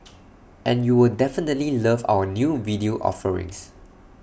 and you'll definitely love our new video offerings